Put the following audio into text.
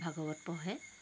ভাগৱত পঢ়ে